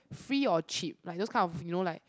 free or cheap like those kind you know like